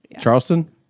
Charleston